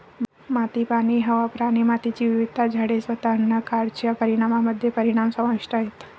माती, पाणी, हवा, प्राणी, मातीची विविधता, झाडे, स्वतः अन्न कारच्या परिणामामध्ये परिणाम समाविष्ट आहेत